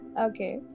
Okay